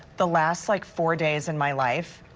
the last like four days in my life.